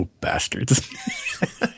bastards